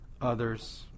others